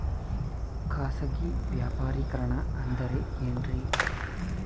ಖಾಸಗಿ ವ್ಯಾಪಾರಿಕರಣ ಅಂದರೆ ಏನ್ರಿ?